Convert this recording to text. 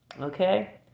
Okay